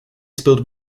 spilt